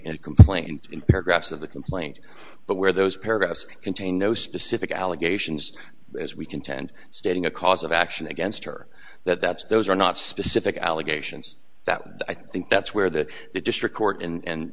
and complaint in paragraph of the complaint but where those paragraphs contain no specific allegations as we contend stating a cause of action against her that's those are not specific allegations that i think that's where the district court and